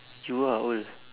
you ah old